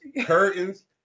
curtains